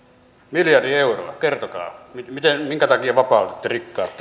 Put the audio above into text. miljardi euroa kertokaa minkä takia vapautitte rikkaat